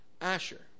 Asher